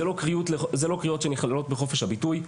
זה לא קריאות שנכללות בחופש הביטוי.